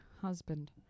husband